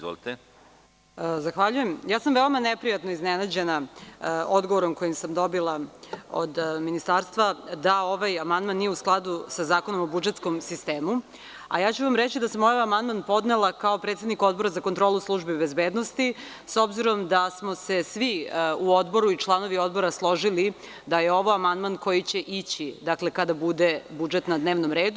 Veoma sam neprijatno iznenađena odgovorom koji sam dobila od Ministarstva, da ovaj amandman nije u skladu sa Zakonom o budžetskom sistemu, a ja ću vam reći da sam ovaj amandman podnela kao predsedik Odbora za kontrolu službi bezbednosti, s obzirom da smo se svi u Odboru, članovi Obora složili da je ovo amandman koji će ići kada bude budžet na dnevnom redu.